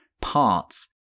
parts